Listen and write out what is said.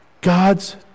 God's